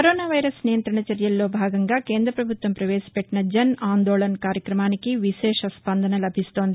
corona virus నియంత్రణ చర్యల్లో భాగంగా కేంద్రప్రభుత్వం పవేశపెట్టిన జన్ ఆందోళస్ కార్యక్రమానికి విశేష స్పందన లభిస్తోంది